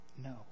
No